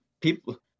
people